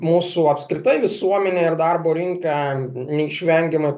mūsų apskritai visuomenė ir darbo rinka neišvengiamai